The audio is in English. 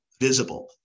visible